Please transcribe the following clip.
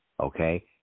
Okay